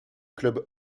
club